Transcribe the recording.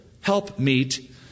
helpmeet